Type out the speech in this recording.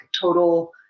total